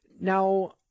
Now